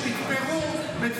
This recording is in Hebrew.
מה ההבדל?